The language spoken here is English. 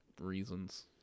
reasons